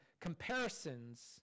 comparisons